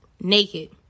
naked